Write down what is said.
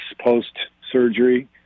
post-surgery